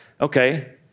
okay